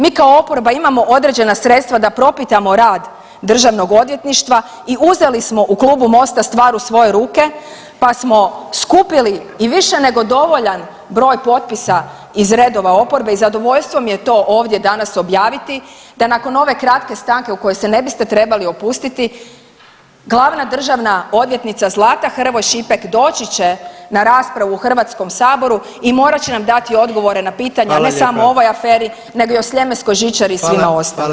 Mi kao oporba imamo određena sredstva da propitamo rad Državnog odvjetništva i uzeli smo u klubu MOST-a stvar u svoje ruke pa smo skupili i više nego dovoljan broj potpisa iz redova i zadovoljstvo mi je to ovdje danas objaviti da nakon ove kratke stanke u kojoj se ne biste trebali opustiti, glavna državna odvjetnica Zlata Hrvoj Šipek doći će na raspravu u Hrvatskom saboru i morat će nam dati odgovore na pitanja ne samo o ovoj aferi [[Upadica predsjednik: Hvala lijepa.]] nego i o sljemenskoj žičari i svima ostalima.